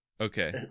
Okay